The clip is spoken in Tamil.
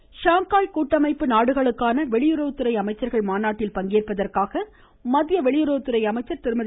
சுஷ்மா ஷாங்காய் கூட்டமைப்பு நாடுகளுக்கான வெளியுறவுத்துறை அமைச்சர்கள் மாநாட்டில் பங்கேற்பதற்காக மத்திய வெளியுறவுத்துறை அமைச்சர் திருமதி